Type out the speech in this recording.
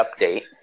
update